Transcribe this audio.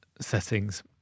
settings